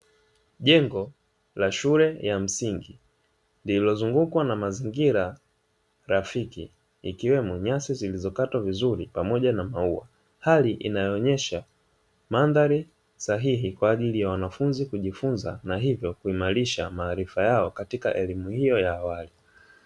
Jengo la shule ya msingi lililozungukwa na mazingira rafiki ikiwemo nyasi zilizokatwa vizuri pamoja maua, hali inayoonyesha mandhari sahihi kwa ajili ya wanafunzi kujifunza na hivyo kuimarisha maarifa yao katika elimu hiyo ya awali.